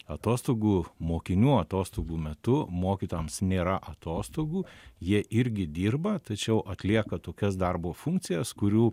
atostogų mokinių atostogų metu mokytojams nėra atostogų jie irgi dirba tačiau atlieka tokias darbo funkcijas kurių